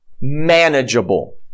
manageable